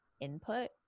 input